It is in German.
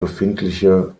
befindliche